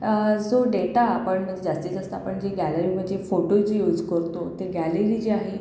जो डेटा आपण म्हणजे जास्तीत जास्त आपण जे गॅलरीमधे फोटो जे यूज करतो ते गॅलरी जे आहे